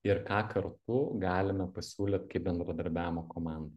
ir ką kartu galime pasiūlyt kaip bendradarbiavimo komanda